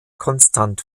konstant